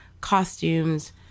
costumes